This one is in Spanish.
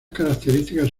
características